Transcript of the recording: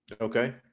Okay